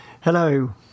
Hello